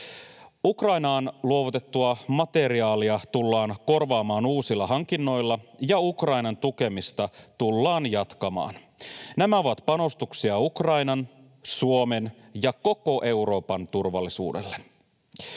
Ukrainaan luovutettua materiaalia tullaan korvaamaan uusilla hankinnoilla, ja Ukrainan tukemista tullaan jatkamaan. Nämä ovat panostuksia Ukrainan, Suomen ja koko Euroopan turvallisuudelle.